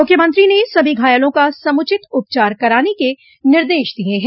मुख्यमंत्री ने सभी घायलों का समुचित उपचार कराने के निर्देश दिए हैं